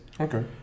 okay